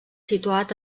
situat